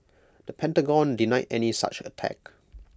the Pentagon denied any such attack